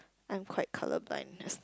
I'm quite colour blind